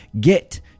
get